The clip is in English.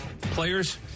Players